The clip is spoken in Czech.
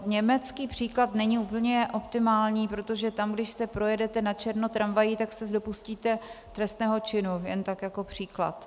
Německý příklad není úplně optimální, protože tam když se projedete na černo tramvají, tak se dopustíte trestného činu jen tak jako příklad.